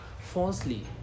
falsely